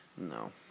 no